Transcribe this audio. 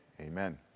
amen